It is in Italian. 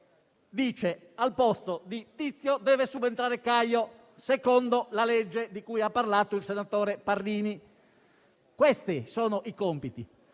che al posto di Tizio deve subentrare Caio, secondo la legge di cui ha parlato il senatore Parrini. Questi sono i compiti.